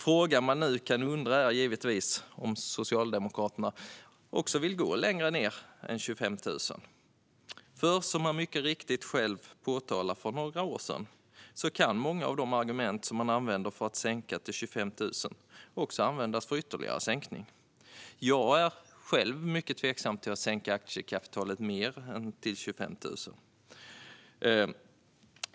Frågan man kan ställa sig är om Socialdemokraterna nu vill gå längre ned än 25 000, för som de mycket riktigt själva påpekade för några år sedan kan många av de argument som används för att sänka till 25 000 användas för ytterligare sänkning. Själv är jag mycket tveksam till att sänka aktiekapitalet till mindre än 25 000.